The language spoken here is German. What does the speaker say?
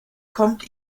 kommt